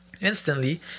Instantly